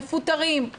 מפוטרים,